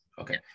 okay